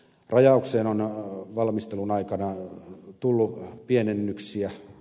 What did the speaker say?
rajaukseen on valmistelun aikana tullut pienennyksiä